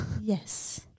Yes